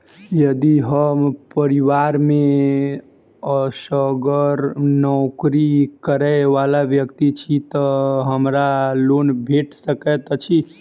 यदि हम परिवार मे असगर नौकरी करै वला व्यक्ति छी तऽ हमरा लोन भेट सकैत अछि?